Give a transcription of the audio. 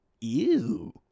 Ew